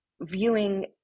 viewing